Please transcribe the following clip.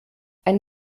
ein